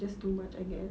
just too much I guess